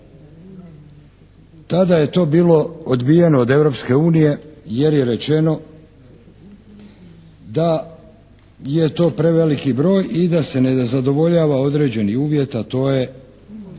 Tada je to bilo odbijeno od Europske unije jer je rečeno da je to preveliki broj i da se ne zadovoljava određeni uvjet a to je